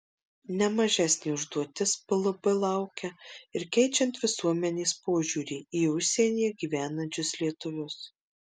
ne mažesnė užduotis plb laukia ir keičiant visuomenės požiūrį į užsienyje gyvenančius lietuvius